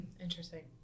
interesting